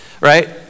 right